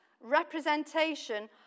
representation